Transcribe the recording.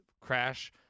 crash